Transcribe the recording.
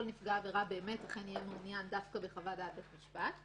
נפגע עבירה אכן יהיה מעוניין דווקא בחוות דעת בית משפט,